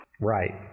right